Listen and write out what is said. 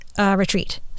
retreat